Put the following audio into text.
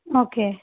okay